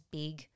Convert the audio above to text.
big